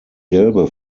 gelbe